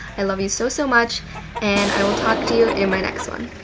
i love you so so much and i will talk to you in my next one.